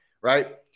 right